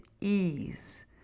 ease